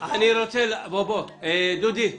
מה